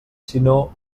sinó